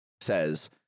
says